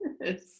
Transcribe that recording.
Yes